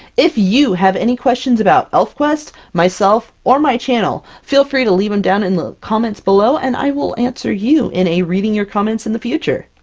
if you have any questions about elfquest, myself, or my channel, feel free to leave them down in the comments below, and i will answer you in a reading your comments in the future!